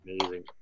amazing